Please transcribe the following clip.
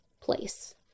place